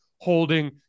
holding